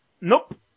nope